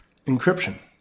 encryption